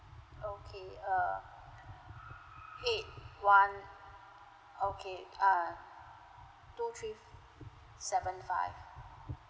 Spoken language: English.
okay err eight one okay err two three seven five